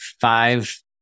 five